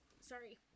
sorry